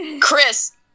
Chris